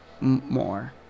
More